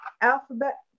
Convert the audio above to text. alphabet